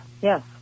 yes